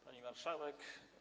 Pani Marszałek!